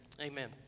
Amen